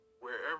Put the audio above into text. Wherever